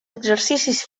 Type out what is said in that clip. exercicis